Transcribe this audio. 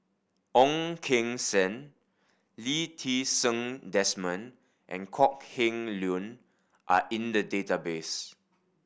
Ong Keng Sen Lee Ti Seng Desmond and Kok Heng Leun are in the database